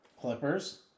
Clippers